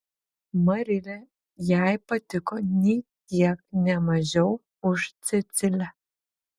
marilė jai patiko nė kiek ne mažiau už cecilę